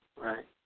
Right